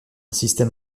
système